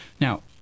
Now